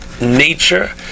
nature